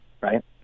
right